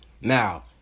Now